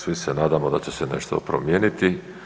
Svi se nadamo da će se nešto promijeniti.